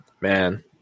man